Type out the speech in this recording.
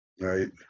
Right